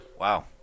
Wow